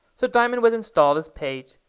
so diamond was installed as page,